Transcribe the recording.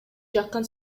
жаккан